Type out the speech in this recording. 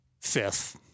Fifth